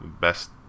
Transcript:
best